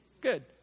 Good